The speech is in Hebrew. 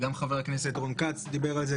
גם חבר הכנסת רון כץ דיבר על זה,